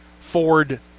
Ford